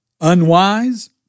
Unwise